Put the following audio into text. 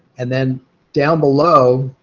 and then down below,